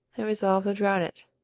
and resolved to drown it.